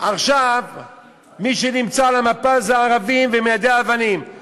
עכשיו מי שנמצא על המפה במיידי אבנים זה הערבים.